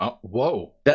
Whoa